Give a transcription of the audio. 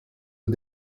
aux